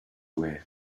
way